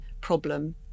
problem